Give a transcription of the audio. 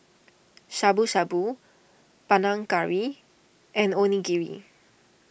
Shabu Shabu Panang Curry and Onigiri